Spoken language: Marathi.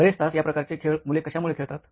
बरेच तास या प्रकारचे खेळ मुले कशामुळे खेळतात